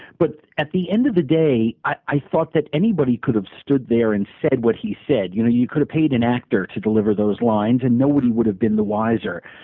but at the end of the day, i thought that anybody could've stood there and said what he said. you know, you could've paid an actor to deliver those lines and nobody would've been the wiser.